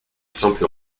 simple